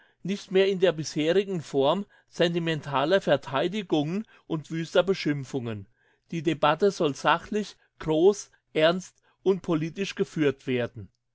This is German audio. nicht mehr in der bisherigen form sentimentaler vertheidigungen und wüster beschimpfungen die debatte soll sachlich gross ernst und politisch geführt werden